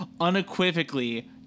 unequivocally